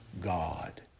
God